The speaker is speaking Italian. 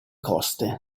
coste